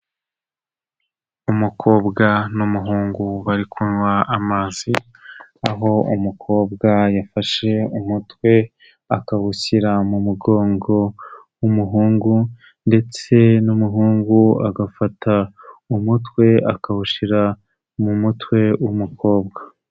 Umukobwa n'umuhungu bari kunywa amazi aho umukobwa yafashe umutwe akawushyira mu mugongo w'umuhungu ndetse n'umuhungu agafata umutwe akawushyira mu mutwe w'umukobwa.